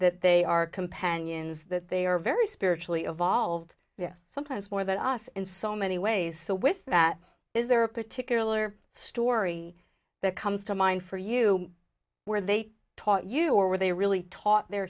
that they are companions that they are very spiritually evolved yes sometimes more than us in so many ways so with that is there a particular story that comes to mind for you where they taught you or were they really taught the